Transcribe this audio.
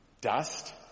Dust